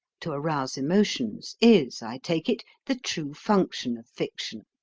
to arouse emotions, is, i take it, the true function of fiction.